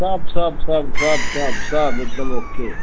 सब सब सब सब सब सब एकदम ओके